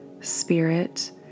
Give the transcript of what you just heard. spirit